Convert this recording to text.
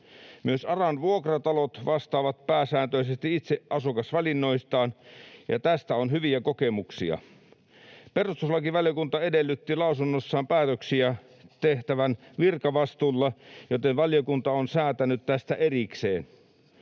Myös ARAn vuokratalot vastaavat pääsääntöisesti itse asukasvalinnoistaan, ja tästä on hyviä kokemuksia. Perustuslakivaliokunta edellytti lausunnossaan päätöksiä tehtävän virkavastuulla, joten valiokunta on säätänyt tästä erikseen.